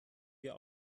wir